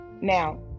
Now